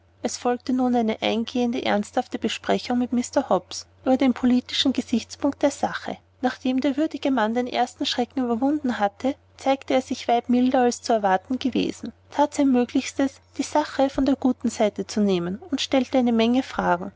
es folgte nun eine eingehende ernsthafte besprechung mit mr hobbs über den politischen gesichtspunkt der sache nachdem der würdige mann den ersten schreck überwunden hatte zeigte er sich weit milder als zu erwarten gewesen that sein möglichstes die sache von der guten seite zu nehmen und stellte eine menge fragen